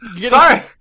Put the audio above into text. Sorry